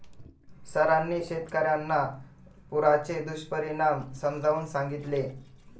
सरांनी शेतकर्यांना पुराचे दुष्परिणाम समजावून सांगितले